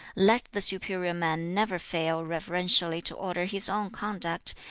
let the superior man never fail reverentially to order his own conduct,